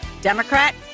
Democrat